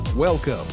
Welcome